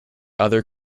other